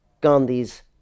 Gandhi's